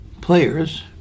players